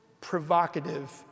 provocative